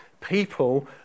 people